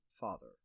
father